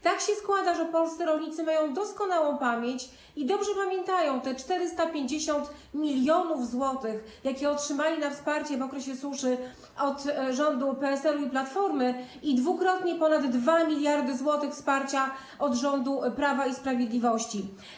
Tak się składa, że polscy rolnicy mają doskonałą pamięć i dobrze pamiętają te 450 mln zł, jakie otrzymali na wsparcie w okresie suszy od rządu PSL-u i Platformy i dwukrotnie ponad 2 mld zł wsparcia od rządu Prawa i Sprawiedliwości.